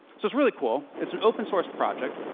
it's it's really cool, it's an open source project,